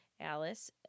Alice